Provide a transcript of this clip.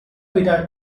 beta